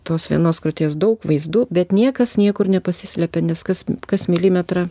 tos vienos krutės daug vaizdų bet niekas niekur nepasislepia nes kas kas milimetrą